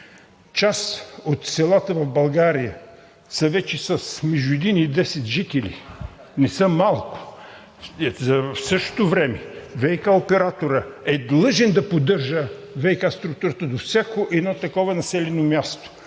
Част от селата в България са вече с между един и десет жители – не са малко. В същото време ВиК операторът е длъжен да поддържа ВиК структурата до всяко такова населено място.